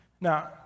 Now